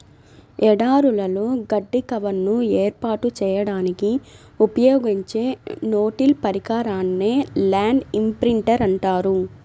ఎడారులలో గడ్డి కవర్ను ఏర్పాటు చేయడానికి ఉపయోగించే నో టిల్ పరికరాన్నే ల్యాండ్ ఇంప్రింటర్ అంటారు